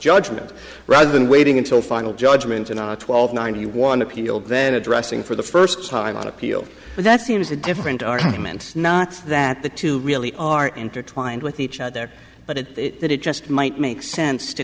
judgement rather than waiting until final judgment and twelve ninety one appeal then addressing for the first time on appeal that seems a different argument not that the two really are intertwined with each other but it that it just might make sense to